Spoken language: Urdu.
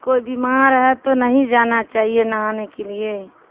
کوئی بیمار ہے تو نہیں جانا چاہیے نہانے کے لیے